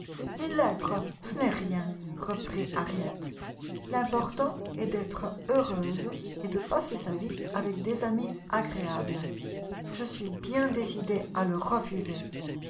une lettre ce n'est rien reprit harriet l'important est d'être heureuse et de passer sa vie avec des amis agréables je suis bien décidée à le refuser